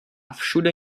všude